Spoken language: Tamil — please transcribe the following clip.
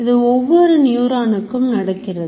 இது ஒவ்வொரு neuon க்கும் நடக்கிறது